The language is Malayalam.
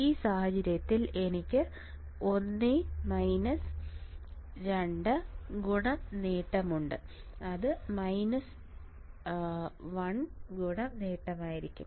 ഈ സാഹചര്യത്തിൽ എനിക്ക് നേട്ടമുണ്ട് അത് 1 നേട്ടമായിരിക്കും